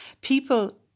people